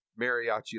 Mariachi